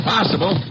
Possible